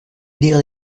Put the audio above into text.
lire